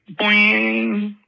Boing